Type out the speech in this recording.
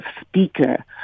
speaker